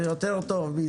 זה יותר טוב.